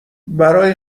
برای